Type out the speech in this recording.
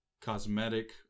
cosmetic